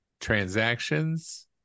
transactions